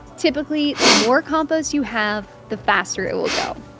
typically, the more compost you have, the faster it will go.